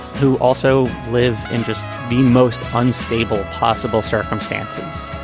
who also live in just the most unstable possible circumstances.